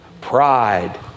Pride